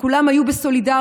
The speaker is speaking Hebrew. וכולם היו בסולידריות,